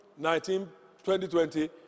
2020